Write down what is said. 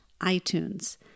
iTunes